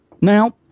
Now